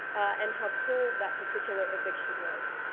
and how cruel that particular eviction was.